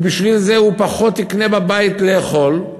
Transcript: ובשביל זה הוא יקנה פחות כדי לאכול בבית.